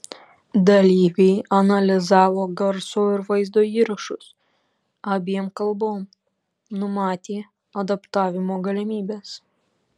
dalyviai analizavo garso ir vaizdo įrašus abiem kalbom numatė adaptavimo galimybes